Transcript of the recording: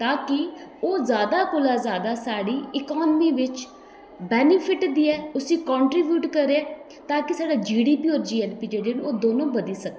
की के ओह् जादै कोला जादै साढ़ी इकोनॉमी बिच उसी कंट्रीव्यूट करै ताकी साढ़ी जीडीपी होर जीएनपी न ओह् सारे बधी सकन